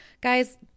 guys